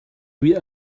wie